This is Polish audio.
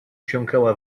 wsiąkała